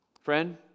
Friend